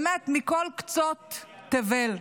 באמת מכל קצות תבל.